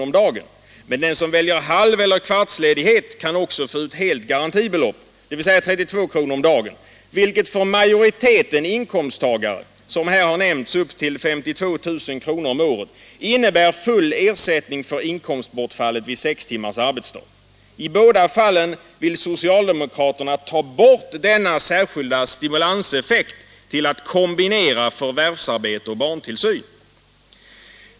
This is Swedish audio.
om dagen, men den som väljer halveller kvartsledighet kan också få ut helt garantibelopp, 32 kr. om dagen, vilket för majoriteten inkomsttagare — de med en inkomst på upp till 52 000 kr. om året — innebär full ersättning för inkomstbortfallet vid sex timmars arbetsdag. I båda fallen vill socialdemokraterna ta bort denna särskilda stimulans att kombinera förvärvsarbete och barntillsyn.